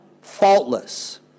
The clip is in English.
faultless